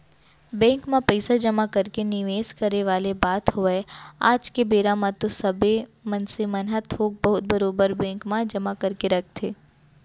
bank म पइसा जमा करके निवेस करे वाले बात होवय आज के बेरा म तो सबे मनसे मन ह थोक बहुत बरोबर बेंक म जमा करके रखथे